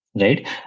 right